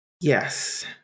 yes